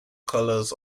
colors